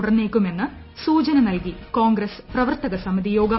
തുടർന്നേക്കുമെന്ന് സൂചന നൽകി കോൺഗ്രസ് പ്രവർത്തകസമിതി യോഗം